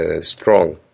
strong